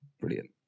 Brilliant